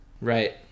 Right